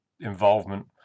involvement